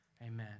Amen